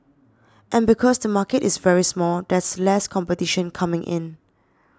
and because the market is very small there's less competition coming in